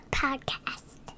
podcast